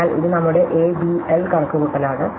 അതിനാൽ ഇത് നമ്മുടെ A B L കണക്കുകൂട്ടലാണ്